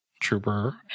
trooper